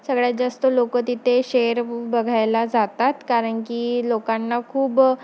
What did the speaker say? सगळ्यात जास्त लोक तिथे शेर बघायला जातात कारण की लोकांना खूप